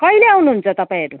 कहिले आउनुहुन्छ तपाईँहरू